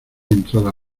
entrada